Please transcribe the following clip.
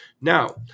Now